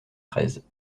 treize